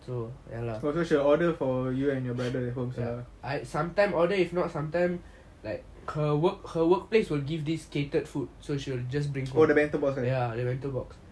oh so she will order for you and your brother at home oh the bento box ah